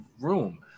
room